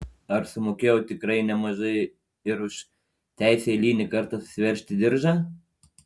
ar sumokėjau tikrai nemažai ir už teisę eilinį kartą susiveržti diržą